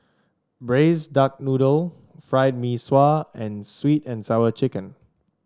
Braised Duck Noodle Fried Mee Sua and sweet and Sour Chicken